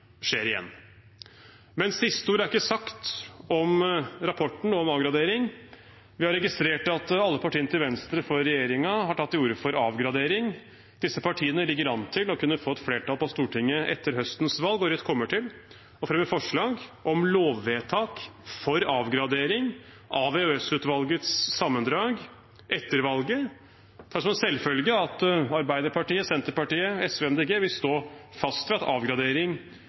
skjer igjen. Men siste ord er ikke sagt om rapporten og om avgradering. Vi har registrert at alle partiene til venstre for regjeringen har tatt til orde for avgradering. Disse partiene ligger an til å kunne få et flertall på Stortinget etter høstens valg, og Rødt kommer til å fremme forslag om lovvedtak for avgradering av EOS-utvalgets sammendrag etter valget. Jeg tar som en selvfølge at Arbeiderpartiet, Senterpartiet, SV og MDG vil stå fast ved at avgradering